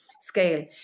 scale